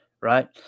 right